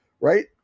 right